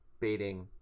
baiting